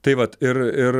tai vat ir ir